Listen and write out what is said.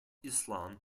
islam